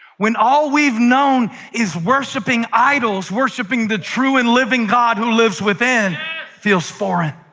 when all we've known is worshiping idols, worshiping the true and living god who lives within feels foreign.